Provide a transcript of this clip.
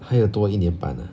还有多一年半 ah